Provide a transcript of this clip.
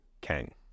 Kang